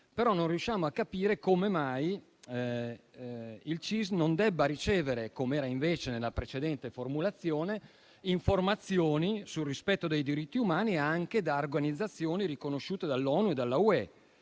non riusciamo a capire come mai il CISD non debba ricevere, com'era invece nella precedente formulazione, informazioni sul rispetto dei diritti umani anche da organizzazioni riconosciute dall'ONU e dall'UE